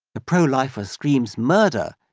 the pro-lifer screams murder!